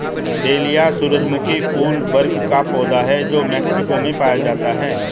dahlia सूरजमुखी फूल वर्ग का पौधा है जो मेक्सिको में पाया जाता है